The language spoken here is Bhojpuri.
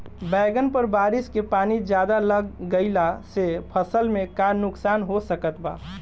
बैंगन पर बारिश के पानी ज्यादा लग गईला से फसल में का नुकसान हो सकत बा?